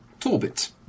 Torbit